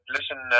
Listen